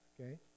okay